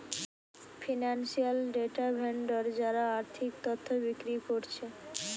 financial data vendor যারা আর্থিক তথ্য বিক্রি কোরছে